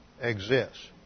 exists